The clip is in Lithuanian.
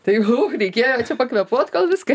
tai hoch reikėjo čia pakvėpuot kol viską